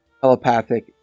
telepathic